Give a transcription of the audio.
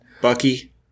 Bucky